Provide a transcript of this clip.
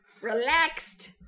Relaxed